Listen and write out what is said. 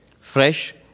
fresh